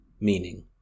meaning